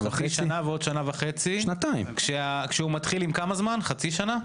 אז חצי שנה ועוד שנה וחצי כשהוא מתחיל עם חצי שנה?